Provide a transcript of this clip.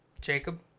jacob